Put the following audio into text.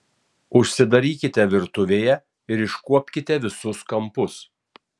užsidarykite virtuvėje ir iškuopkite visus kampus